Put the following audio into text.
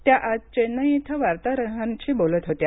त्या आज चेन्नई इथं वार्ताहरांशी बोलत होत्या